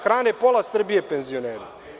Hrane pola Srbije penzioneri.